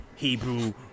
hebrew